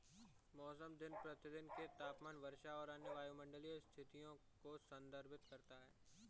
मौसम दिन प्रतिदिन के तापमान, वर्षा और अन्य वायुमंडलीय स्थितियों को संदर्भित करता है